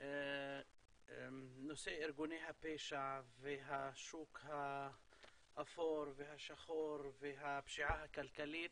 נושא ארגוני הפשע והשוק האפור והשחור והפשיעה הכלכלית.